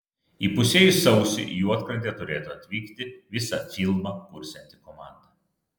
įpusėjus sausiui į juodkrantę turėtų atvykti visa filmą kursianti komanda